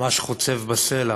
ממש חוצב בסלע,